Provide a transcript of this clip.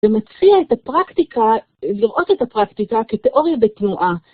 ומציע את הפרקטיקה, לראות את הפרקטיקה כתיאוריה בתנועה.